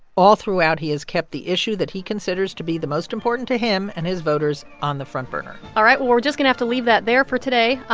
all throughout, he has kept the issue that he considers to be the most important to him and his voters on the front burner all right. well, we're just going to have to leave that there for today.